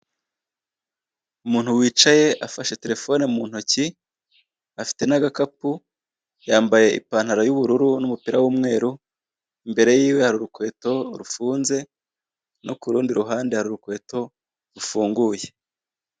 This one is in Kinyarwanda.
Umuntu wicaye afashe terefone mu ntoki, afite n'agakapu yambaye ipantaro y'ubururu n'umupira w'umweru, imbere yiwe hari urukweto rufunze no ku rundi ruhande hari urukweto rufunguye.